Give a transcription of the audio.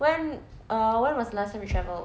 when uh when was last time you travelled